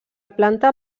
planta